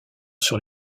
sur